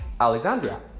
Alexandria